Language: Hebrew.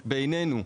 בעינינו,